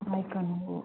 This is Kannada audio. ಮೈಕೈ ನೋವು